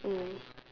mm